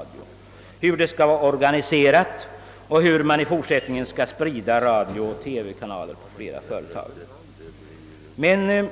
Frågan gäller hur ett dylikt företag skulle vara organiserat och hur man i fortsättningen skall sprida radiooch TV-kanaler på flera företag. I